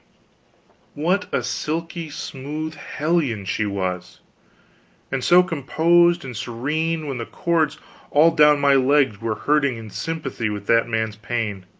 what a silky smooth hellion she was and so composed and serene, when the cords all down my legs were hurting in sympathy with that man's pain.